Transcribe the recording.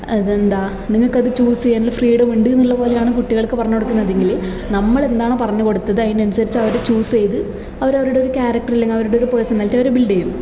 അതെന്താ നിങ്ങക്കൾത് ചൂസ് ചെയ്യാനുള്ള ഫ്രീഡം ഉണ്ടെന്നുള്ള പോലെയാണ് കുട്ടികൾക്ക് പറഞ്ഞു കൊടുക്കുന്നതെങ്കില് നമ്മളെന്താണോ പറഞ്ഞു കൊടുത്തത് അതിനനുസരിച്ച് അവര് ചൂസ് ചെയ്ത് അവര് അവരുടെ ഒരു ക്യാരക്റ്റർ അല്ലെങ്കിൽ അവരുടെ ഒരു പേഴ്സണാലിറ്റി അവര് ബിൽഡ് ചെയ്യും